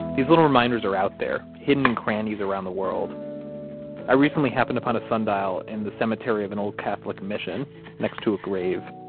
these little reminders are out there, hidden in crannies around the world i recently happened upon a sundial in the cemetery of an old catholic mission next to a grave.